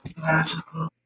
magical